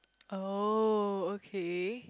oh okay